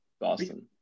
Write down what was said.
Boston